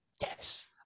yes